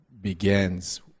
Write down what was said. begins